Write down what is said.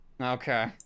Okay